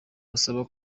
basaba